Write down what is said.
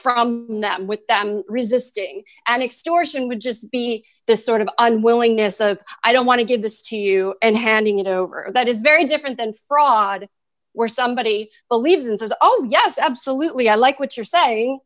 from that with them resisting an extortion would just be the sort of unwillingness of i don't want to give this to you and handing it over that is very different than fraud where somebody believes and says oh yes absolutely i like what you're saying